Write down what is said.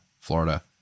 Florida